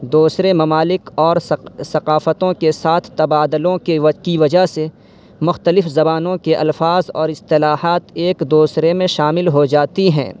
دوسرے ممالک اور ثقافتوں کے ساتھ تبادلوں کے کی وجہ سے مختلف زبانوں کے الفاظ اور اصطلاحات ایک دوسرے میں شامل ہو جاتی ہیں